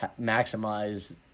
maximize